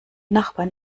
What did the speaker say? nachbarn